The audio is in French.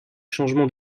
changements